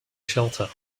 shelter